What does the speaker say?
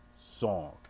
song